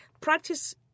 practice